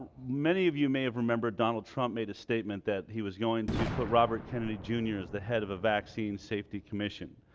many of you may have remembered donald trump made a statement that he was going to put robert kennedy jr. as the head of a vaccine safety commission.